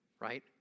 right